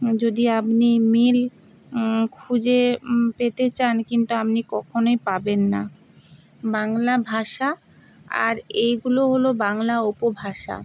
যদি আপনি মিল খুঁজে পেতে চান কিন্তু আপনি কখনোই পাবেন না বাংলা ভাষা আর এইগুলো হলো বাংলা উপভাষা